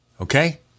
Okay